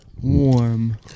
warm